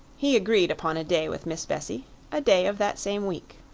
he agreed upon a day with miss bessie a day of that same week.